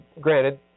granted